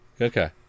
Okay